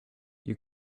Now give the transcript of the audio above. you